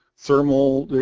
thermal.